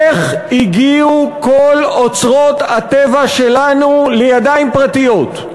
איך הגיעו כל אוצרות הטבע שלנו לידיים פרטיות?